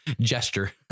gesture